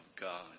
God